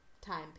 time